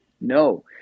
no